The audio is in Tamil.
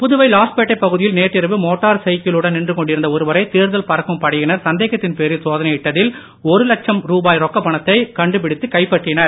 புதுவை லாஸ்பேட்டை பகுதியில் நேற்றிரவு மோட்டார் சைக்கிளுடன் நின்று கொண்டிருந்த ஒருவரை தேர்தல் பறக்கும் படையினர் போலீசார் சந்தேகத்தின் பேரில் சோதனையிட்டதில் ஒரு லட்சம் ருபாய் ரொக்கப் பணத்தை கண்டுபிடித்துக் கைப்பற்றினர்